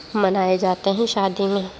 منائے جاتے ہیں شادی میں